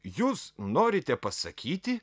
jūs norite pasakyti